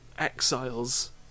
exiles